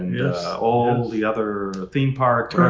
yeah all the other theme parks,